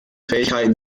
fähigkeiten